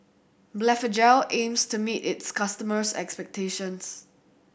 Blephagel aims to meet its customers' expectations